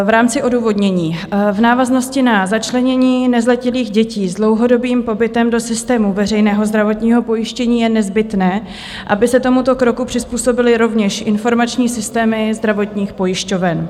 V rámci odůvodnění, v návaznosti na začlenění nezletilých dětí s dlouhodobým pobytem do systému veřejného zdravotního pojištění je nezbytné, aby se tomuto kroku přizpůsobily rovněž informační systémy zdravotních pojišťoven.